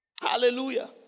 Hallelujah